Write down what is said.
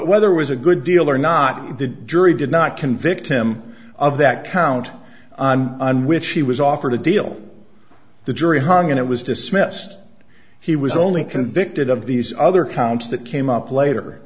whether was a good deal or not the jury did not convict him of that count on which he was offered a deal the jury hung and it was dismissed he was only convicted of these other counts that came up later